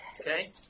Okay